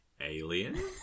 alien